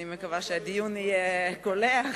אני מקווה שהדיון יהיה קולח,